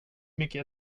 mycket